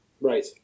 Right